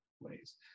ways